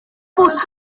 bws